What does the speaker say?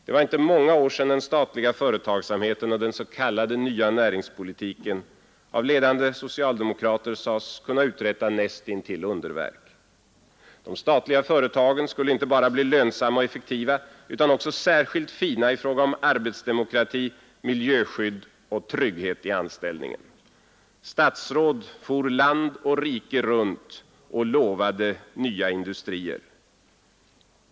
Det var inte många år sedan den statliga företagsamheten och den s.k. nya näringspolitiken av ledande socialdemokrater sades kunna uträtta nästintill underverk. De statliga företagen skulle inte bara bli lönsamma och effektiva utan också särskilt fina i fråga om arbetsdemokrati, miljöskydd och trygghet i anställningen. Statsråd for land och rike runt och lovade nya industrier.